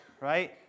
right